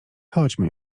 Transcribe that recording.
chodźmy